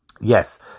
Yes